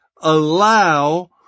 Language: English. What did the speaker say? allow